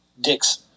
Dick's